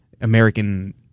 American